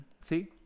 See